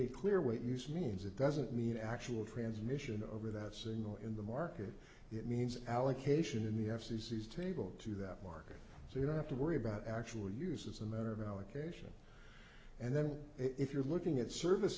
it clear what use means it doesn't mean actual transmission over that single in the market it means allocation and the f c c is table to that market so you don't have to worry about actual use as a matter of allocation and then if you're looking at s